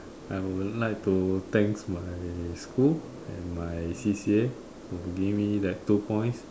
I would like to thanks my school and my C_C_A who give me that two points